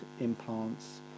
implants